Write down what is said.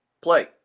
play